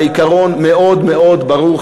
והעיקרון מאוד מאוד ברור,